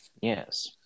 Yes